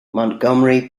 montgomery